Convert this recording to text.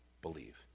believe